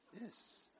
Yes